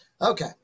Okay